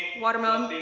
watermelon,